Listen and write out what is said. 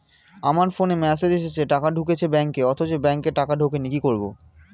আমার ফোনে মেসেজ এসেছে টাকা ঢুকেছে ব্যাঙ্কে অথচ ব্যাংকে টাকা ঢোকেনি কি করবো?